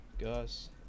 Gus